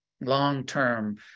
Long-term